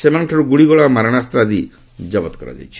ସେମାନଙ୍କଠାରୁ ଗୁଳିଗୋଳା ଓ ମାରଣାସ୍ତ ଆଦି ଜବତ କରାଯାଇଛି